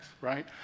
right